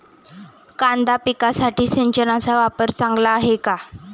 कांदा पिकासाठी सिंचनाचा वापर चांगला आहे का?